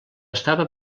estava